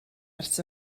ers